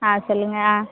ஆ சொல்லுங்கள் ஆ